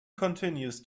continues